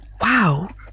Wow